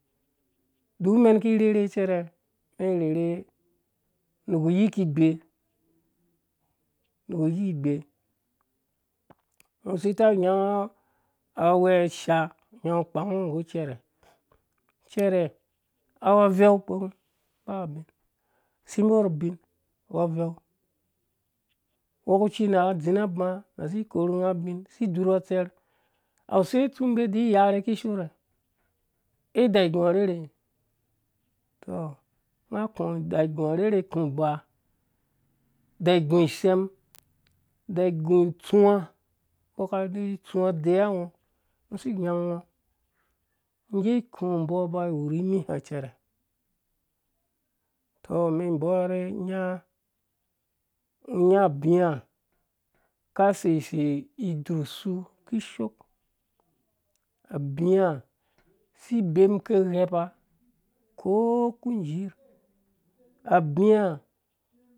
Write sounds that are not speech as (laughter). Duk mɛn ki rherhe nuku iyiki bee (unintelligible) ungɔ si ta nyango agwhe ishaa ngo kpango nggu cɛrɛ cɛrɛ acu aveu kpekum ba bin shimbo rhu ubin awu aveu wokuci nka azina uba nsi korhu nga ubin si dzurha utserh awuse tsu mbi di. yarhe kishoo rhe a daa igu a rherhe tɔ ida igu arherhe ku iba ida igu isem da igu it itsem da igu itsuwa mbɔ ka rherhe tsuwa deyiwa ngɔ ngɔ si nyangɔngga ku mbɔ ba wurhi miha cɛrɛ tɔ mɛn bɔrhe nya nyawɔ abia ka seisei dzur su kishoo abia si bemu ke ghepa ko ku jirh abia,